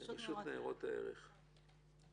רשות ניירות ערך, בבקשה.